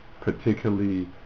particularly